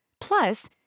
Plus